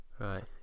right